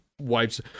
wipes